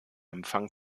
empfang